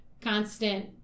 constant